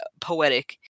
poetic